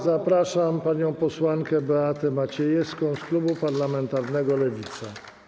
Zapraszam panią posłankę Beatę Maciejewską z klubu parlamentarnego Lewica.